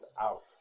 out